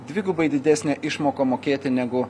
dvigubai didesnę išmoką mokėti negu